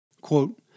Quote